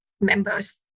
members